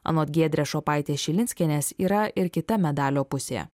anot giedrės šopaitės šilinskienės yra ir kita medalio pusė